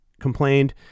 Complained